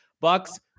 Bucks